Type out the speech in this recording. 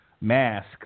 mask